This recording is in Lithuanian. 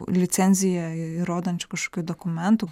licenzija įrodančių kažkur dokumentų